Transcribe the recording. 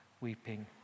weeping